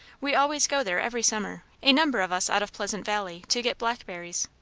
we always go there every summer, a number of us out of pleasant valley, to get blackberries.